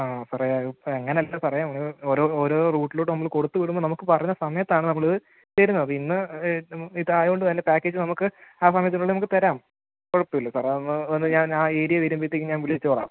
ആ സാറേ അതിപ്പം അങ്ങനെ അല്ല സാറേ നമ്മൾ ഓരോ ഓരോ റൂട്ടിലോട്ട് നമ്മൾ കൊടുത്തു വിടുമ്പം നമുക്ക് പറഞ്ഞ സമയത്താണ് നമ്മൾ ഇത് തരുന്നത് ഇന്ന് ഇതായതുകൊണ്ട് തന്നെ പാക്കേജ് നമുക്ക് ആ സമയത്തിനുള്ളിൽ നമക്ക് തരാം കുഴപ്പമില്ല സാറേ അതൊന്ന് ഒന്ന് ഞാൻ ആ ഏരിയ വരുമ്പോഴത്തേക്കും ഞാൻ വിളിച്ചോളാം